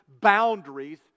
boundaries